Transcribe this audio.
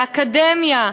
לאקדמיה,